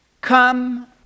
Come